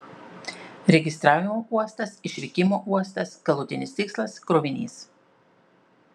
registravimo uostas išvykimo uostas galutinis tikslas krovinys